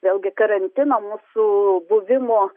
vėlgi karantino mūsų buvimo